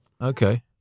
Okay